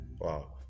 Wow